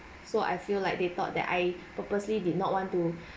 so I feel like they thought that I purposely did not want to